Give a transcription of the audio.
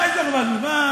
מה יש לך בוועדת, מה?